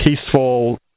peaceful